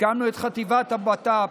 הקמנו את חטיבת הבט"פ,